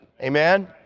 Amen